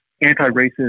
anti-racist